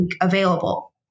available